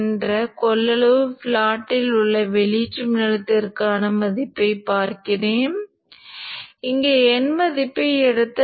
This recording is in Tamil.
எனவே இந்த வழியில் நீங்கள் எதிர்ப்பு மதிப்பு R ஐ மதிப்பிடலாம்